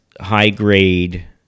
high-grade